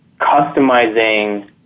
customizing